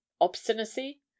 obstinacy